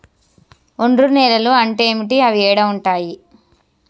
ఒండ్రు నేలలు అంటే ఏంటి? అవి ఏడ ఉంటాయి?